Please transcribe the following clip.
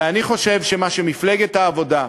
ואני חושב שמה שמפלגת העבודה,